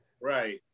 Right